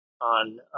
on